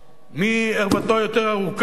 מי ערוותו יותר ארוכה,